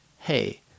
Hey